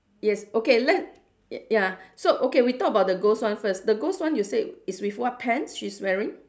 yes okay let ya so okay we talk about the ghost one first the ghost one you say is with what pants she's wearing